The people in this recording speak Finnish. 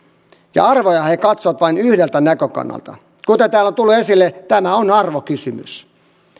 ja arvoja he katsovat vain yhdeltä näkökannalta kuten täällä on tullut esille tämä on arvokysymys